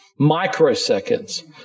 microseconds